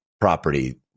property